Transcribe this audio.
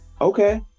Okay